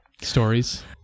stories